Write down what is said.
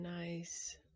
nice